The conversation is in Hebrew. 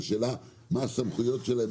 השאלה היא מה הסמכויות שלהם,